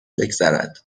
بگذرد